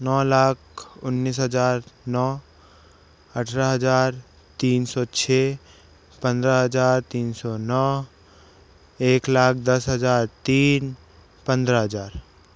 नौ लाख उन्नीस हज़ार नौ अठारह हज़ार तीन सौ छः पंद्रह हज़ार तीन सौ नौ एक लाख दस हज़ार तीन पंद्रह हज़ार